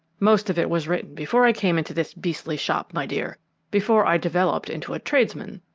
most of it was written before i came into this beastly shop, my dear before i developed into a tradesman!